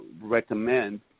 recommend